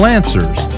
Answers